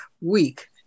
week